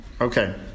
Okay